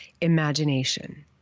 imagination